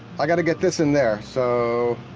i gotta get this in there so,